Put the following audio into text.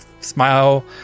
smile